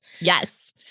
Yes